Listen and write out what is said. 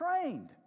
trained